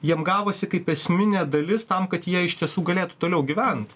jiem gavosi kaip esminė dalis tam kad jie iš tiesų galėtų toliau gyvent